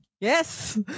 yes